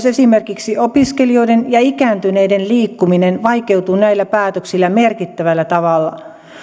esimerkiksi opiskelijoiden ja ikääntyneiden liikkuminen vaikeutuu näillä päätöksillä merkittävällä tavalla